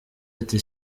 ati